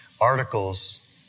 articles